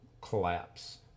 collapse